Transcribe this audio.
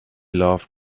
laughed